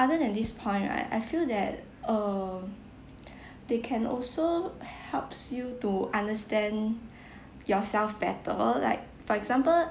other than this point right I feel that um they can also helps you to understand yourself better like for example